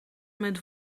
met